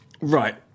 Right